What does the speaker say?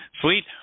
Sweet